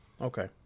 Okay